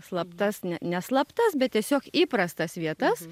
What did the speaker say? slaptas ne ne slaptas bet tiesiog įprastas vietas